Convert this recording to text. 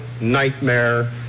Nightmare